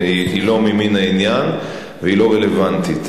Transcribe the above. כי היא לא ממין העניין והיא לא רלוונטית.